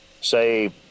say